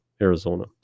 Arizona